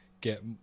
get